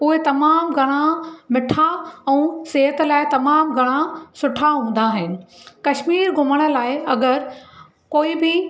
उहे तमामु घणा मिठा ऐं सिहत लाइ तमामु घणा सुठा हूंदा आहिनि कश्मीर घुमण लाइ अगरि कोई बि